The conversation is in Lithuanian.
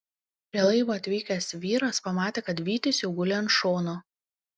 prie laivo atvykęs vyras pamatė kad vytis jau guli ant šono